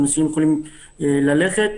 יכולים ללכת,